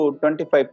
25